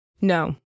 No